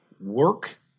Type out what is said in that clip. work